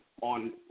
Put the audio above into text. on